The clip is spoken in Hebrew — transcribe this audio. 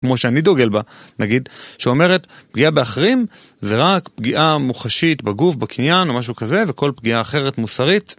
כמו שאני דוגל בה, נגיד, שאומרת, פגיעה באחרים זה רק פגיעה מוחשית בגוף, בקניין או משהו כזה, וכל פגיעה אחרת מוסרית...